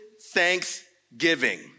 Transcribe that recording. thanksgiving